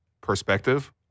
perspective